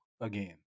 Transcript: again